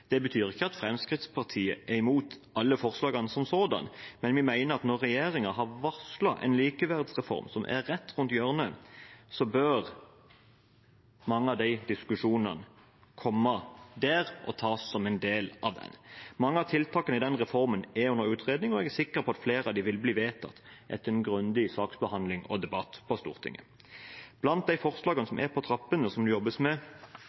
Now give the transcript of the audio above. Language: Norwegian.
Det betyr ikke at Fremskrittspartiet er imot alle forslagene som sådanne, men vi mener at når regjeringen har varslet en likeverdsreform, som er rett rundt hjørnet, bør mange av de diskusjonene komme i forbindelse med den og tas som en del av behandlingen av den. Mange av tiltakene som foreslås i forbindelse med den reformen er under utredning, og jeg er sikker på at flere av dem vil bli vedtatt etter en grundig saksbehandling og debatt i Stortinget. Blant de forslagene som er på trappene, og som det jobbes